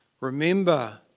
Remember